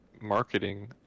marketing